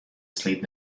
sleeve